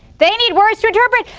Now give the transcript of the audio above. they need words to interpret.